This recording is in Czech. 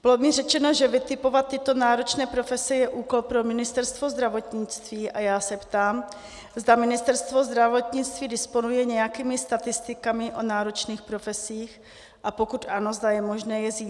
Bylo mi řečeno, že vytipovat tyto náročné profese je úkol pro Ministerstvo zdravotnictví a já se ptám, zda Ministerstvo zdravotnictví disponuje nějakými statistikami o náročných profesích, a pokud ano, zda je možné je získat.